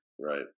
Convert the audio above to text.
right